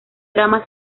drama